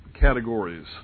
categories